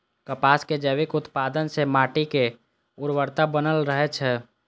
कपासक जैविक उत्पादन सं माटिक उर्वरता बनल रहै छै